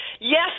yes